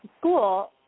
school